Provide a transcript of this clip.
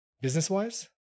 Business-wise